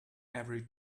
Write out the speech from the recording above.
every